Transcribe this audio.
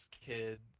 kid